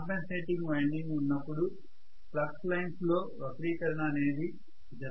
compensating winding ఉన్నప్పుడు flux lines లో వక్రీకరణ అనేది జరగదు